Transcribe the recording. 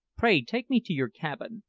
pray take me to your cabin,